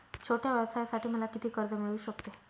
छोट्या व्यवसायासाठी मला किती कर्ज मिळू शकते?